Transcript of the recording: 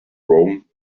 rome